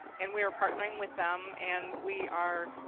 and we are partnering with them. and we are